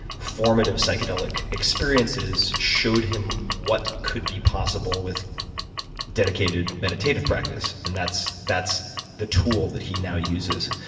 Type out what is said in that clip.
formative psychedelic experiences showed him what could be possible with dedicated meditative practice. and that's that's the tool that he now uses.